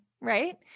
Right